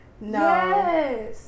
No